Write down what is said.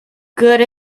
good